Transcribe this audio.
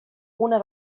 una